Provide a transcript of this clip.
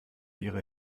ihre